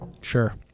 Sure